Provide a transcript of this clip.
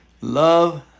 love